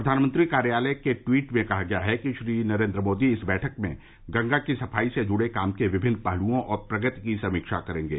प्रधानमंत्री कार्यालय के ट्वीट में कहा गया है कि श्री नरेन्द्र मोदी इस बैठक में गंगा की सफाई से जुड़े काम के विभिन्न पहलुओं और प्रगति की समीक्षा करेंगे